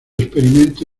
experimento